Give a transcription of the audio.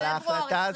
פברואר 2021,